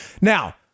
Now